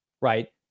right